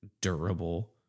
durable